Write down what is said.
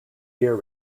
gear